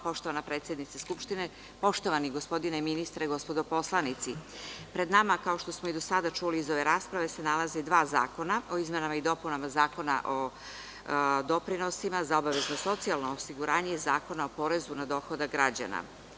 Poštovana predsednice Skupštine, poštovani gospodine ministre, gospodo poslanici, pred nama kao što smo i do sada čuli iz ove rasprave se nalaze dva zakona o izmenama i dopunama Zakona o doprinosima za obavezno socijalno osiguranje i Zakona o porezu na dohodak građana.